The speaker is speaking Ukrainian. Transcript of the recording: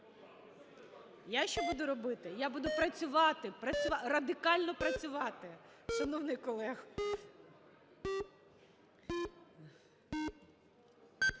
Я що буду робити? Я буду працювати, радикально працювати, шановний колего.